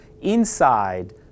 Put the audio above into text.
inside